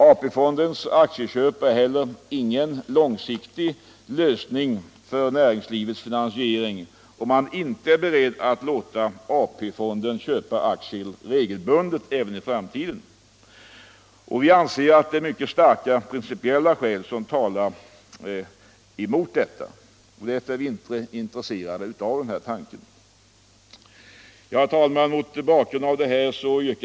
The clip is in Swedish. AP-fondens aktieköp är heller ingen långsiktig lösning för näringslivets finansiering, om man inte är beredd att låta AP-fonden köpa aktier regelbundet även i framtiden, och vi anser att mycket starka principiella skäl talar emot detta. Därför är vi inte intresserade av den här tanken. Herr talman!